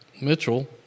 Mitchell